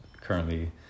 currently